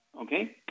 Okay